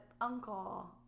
uncle